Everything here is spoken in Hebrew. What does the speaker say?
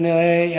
כנראה,